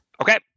Okay